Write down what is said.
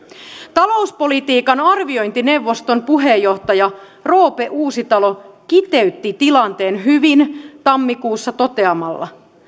talouspolitiikan arviointineuvoston puheenjohtaja roope uusitalo kiteytti tilanteen hyvin tammikuussa toteamalla